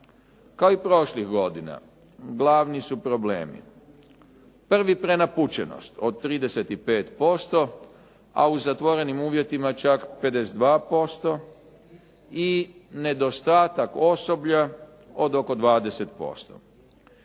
Kao i prošlih godina glavni su problemi prvi prenapučenost od 35%, a u zatvorenim uvjetima čak 52% i nedostatak osoblja od oko 20%.